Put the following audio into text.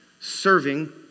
serving